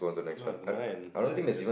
no it is mine and